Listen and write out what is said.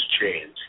change